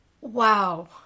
Wow